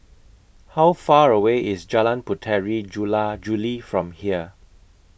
How Far away IS Jalan Puteri Jula Juli from here